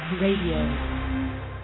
Radio